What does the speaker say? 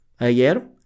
Ayer